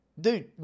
Dude